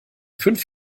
fünf